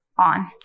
on